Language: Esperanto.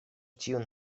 tiun